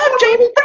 Jamie